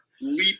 leap